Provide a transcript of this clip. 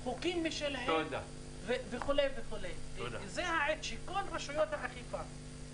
זו העת שכל רשויות האכיפה,